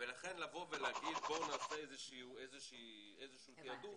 ולכן להגיד שנעשה איזה שהוא תעדוף